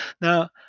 Now